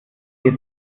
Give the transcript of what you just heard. ihr